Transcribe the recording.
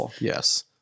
Yes